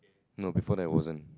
no before that I wasn't